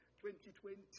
2020